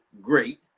great